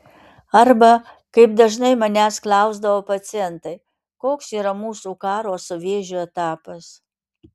arba kaip dažnai manęs klausdavo pacientai koks yra mūsų karo su vėžiu etapas